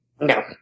No